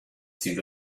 through